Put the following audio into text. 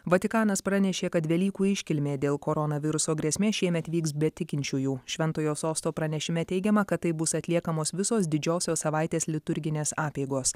vatikanas pranešė kad velykų iškilmė dėl koronaviruso grėsmės šiemet vyks be tikinčiųjų šventojo sosto pranešime teigiama kad taip bus atliekamos visos didžiosios savaitės liturginės apeigos